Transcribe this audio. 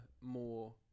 more